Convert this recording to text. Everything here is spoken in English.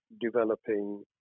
developing